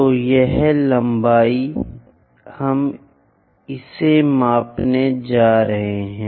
तो यह लंबाई हम इसे मापने जा रहे हैं